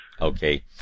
Okay